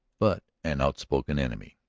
but an out-spoken enemy.